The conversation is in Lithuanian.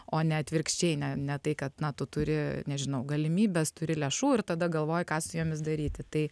o ne atvirkščiai ne ne tai kad na tu turi nežinau galimybes turi lėšų ir tada galvoji ką su jomis daryti tai